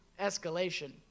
escalation